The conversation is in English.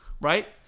right